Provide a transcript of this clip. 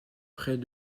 près